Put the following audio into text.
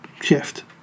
shift